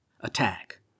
attack